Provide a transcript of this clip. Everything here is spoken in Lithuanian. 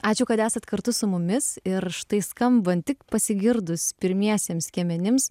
ačiū kad esat kartu su mumis ir štai skambant tik pasigirdus pirmiesiems skiemenims